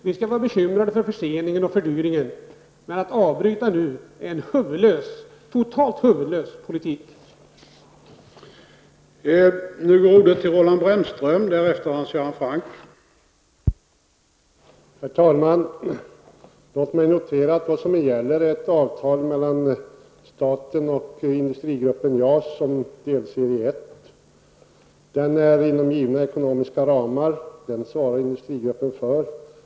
Vi är bekymrade över förseningen och fördyringen, men att nu avbryta projektet vore en totalt huvudlös politik.